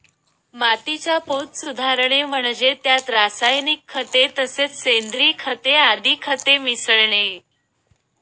मातीचा पोत सुधारणे म्हणजे त्यात रासायनिक खते तसेच सेंद्रिय खते आदी खते मिसळणे